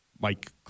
Mike